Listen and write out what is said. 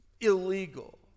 illegal